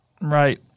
right